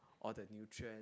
all the nutrient